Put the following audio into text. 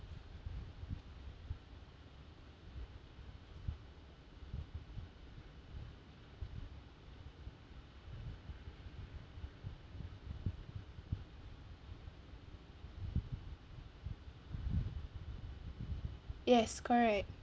yes correct